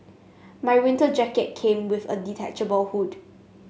my winter jacket came with a detachable hood